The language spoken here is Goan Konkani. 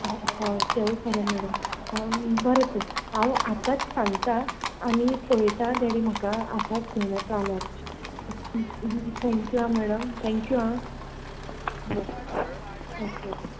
ह हय तेंवूय खरें मॅडम बरें तर हांव आतांच सांगता आनी पळयता दॅडी म्हाका आतांच घेवन येता जाल्यार थँक्यू ड आ मॅडम थँक्यू आ ओके